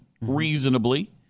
reasonably